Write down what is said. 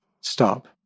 stop